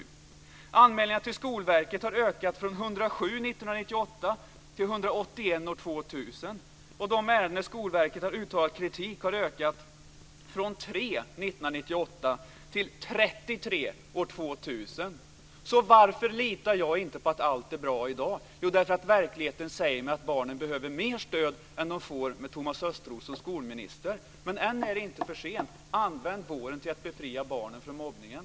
Antalet anmälningar till Skolverket har ökat från 107 år 1998 till 181 år 2000. Antalet ärenden där Skolverket har uttalat kritik har ökat från 3 år Varför litar jag inte på att allt är bra i dag? Jo, därför att verkligheten säger mig att barnen behöver mer stöd än de får med Thomas Östros som skolminister. Men än är det inte för sent. Använd våren till att befria barnen från mobbningen!